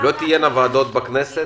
לא תהיינה ועדות בכנסת